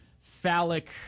phallic